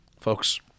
Folks